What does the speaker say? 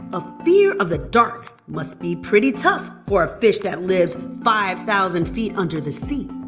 a fear of the dark must be pretty tough for a fish that lives five thousand feet under the sea